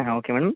ಹಾಂ ಓಕೆ